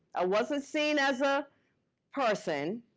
i wasn't seen as a person.